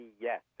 yes